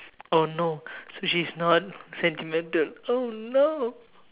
oh no so she's not sentimental oh no